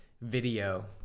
video